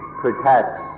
protects